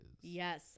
Yes